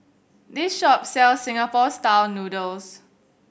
this shop sells Singapore Style Noodles